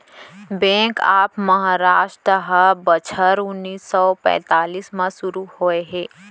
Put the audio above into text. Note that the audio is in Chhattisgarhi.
बेंक ऑफ महारास्ट ह बछर उन्नीस सौ पैतीस म सुरू होए हे